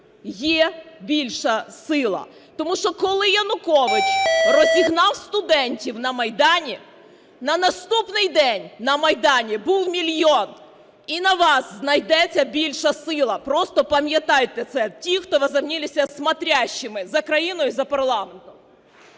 є більша сила. Тому що, коли Янукович розігнав студентів на Майдані, на наступний день на Майдані був мільйон. І на вас знайдеться більша сила. Просто пам'ятайте це ті, хто возомнили себя "смотрящими" за країною й за парламентом.